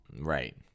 Right